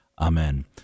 Amen